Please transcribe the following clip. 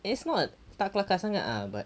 it's not tak kuat sangat ah but